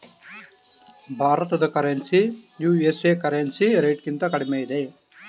ಭಾರತದ currency USA currency ರೇಟ್ಗಿಂತ ಕಡಿಮೆ ಇದೆ